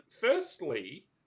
firstly